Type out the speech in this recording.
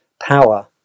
Power